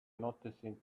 noticing